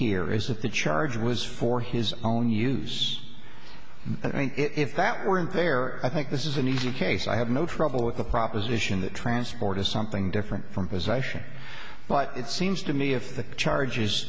here is that the charge was for his own use and if that weren't there i think this is an easy case i have no trouble with the proposition that transport is something different from possession but it seems to me if the charge